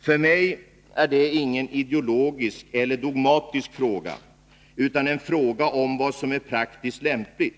För mig är det ingen ideologisk eller dogmatisk fråga, utan en fråga om vad som är praktiskt lämpligt.